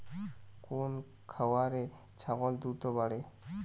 কোন খাওয়ারে ছাগল দ্রুত বাড়ে?